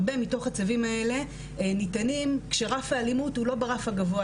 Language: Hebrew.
הרבה מתוך הצווים האלה ניתנים כשרף האלימות הוא לא ברף הגבוה,